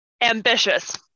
Ambitious